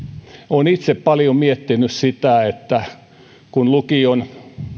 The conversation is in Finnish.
olen itse paljon miettinyt sitä että kun lukion